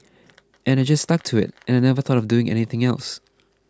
and I just stuck to it and I never thought of doing anything else